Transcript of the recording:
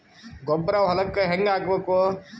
ಗೊಬ್ಬರ ಹೊಲಕ್ಕ ಹಂಗ್ ಹಾಕಬೇಕು?